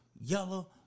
yellow